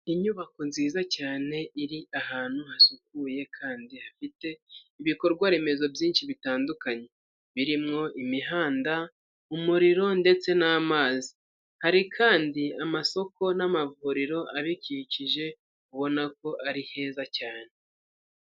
Inyubako nziza cyane iri ahantu hasukuye kandi hafite ibikorwa remezo byinshi bitandukanye, birimowo imihanda, umuriro ndetse n'amazi, hari kandi amasoko n'amavuriro abikikije, ubona ko ari heza cyane.